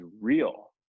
real